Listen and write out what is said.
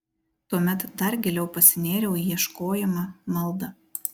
tuomet dar giliau pasinėriau į ieškojimą maldą